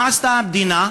מה עשתה המדינה?